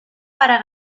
para